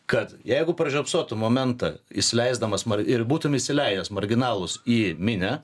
kad jeigu pražiopsotų momentą įsileisdamas ma ir būtum įsileidęs marginalus į minią